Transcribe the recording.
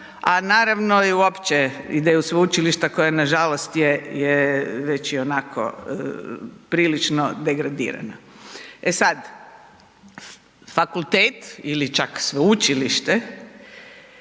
a naravno i uopće ideju sveučilišta koja nažalost je već i onako prilično degradirana. E sad, fakultet ili čak sveučilište